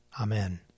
Amen